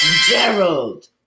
Gerald